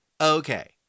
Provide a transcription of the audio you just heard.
Okay